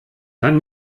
dann